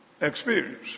experience